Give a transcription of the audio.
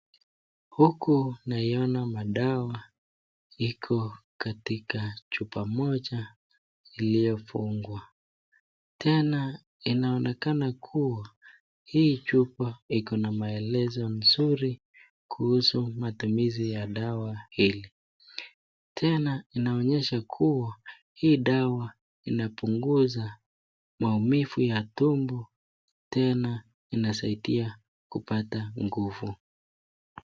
Huku naiona madawa iko katika chupa moja, iliyofungwa, tena inaonekana kuwa hii chupa iko na maelezo mzuri, kuhusu matumizi ya dawa hili , tena inaonyesha kuwa hii dawa inapunguza maumivu ya tumbo tena inasaidia kupata nguvu.